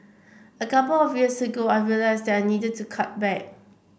a couple of years ago I realised that I needed to cut back